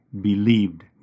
believed